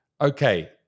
Okay